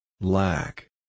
Black